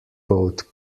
both